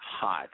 hot